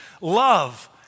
love